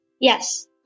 Yes